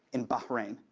and bahrain,